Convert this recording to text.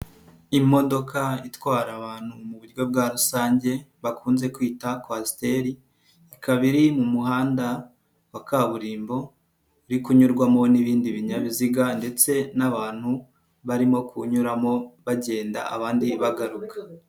Imodoka itwara abantu mu buryo bwa rusange bakunze kwita kwasiteri, ikaba iri mu muhanda wa kaburimbo, uri kunyurwamo n'ibindi binyabiziga ndetse n'abantu barimo kunyuramo bagenda abandi bagaruka.